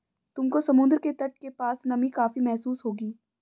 तुमको समुद्र के तट के पास नमी काफी महसूस होगी